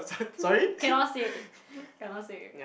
cannot say cannot say